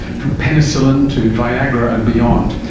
from penicillin to viagra and beyond.